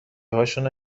هاشونو